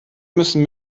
müssen